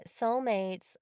Soulmates